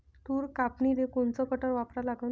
तूर कापनीले कोनचं कटर वापरा लागन?